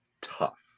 tough